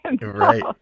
right